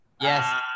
Yes